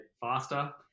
faster